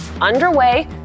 underway